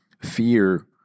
Fear